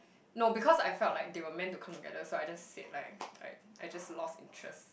no because I felt like they were meant to come together so I just said like like I just lost interest